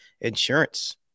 insurance